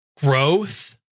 growth